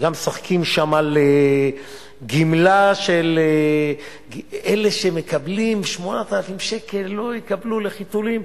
שגם משחקים שם על גמלה: אלה שמקבלים 8,000 ש"ח לא יקבלו לחיתולים,